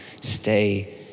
stay